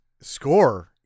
score